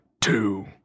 two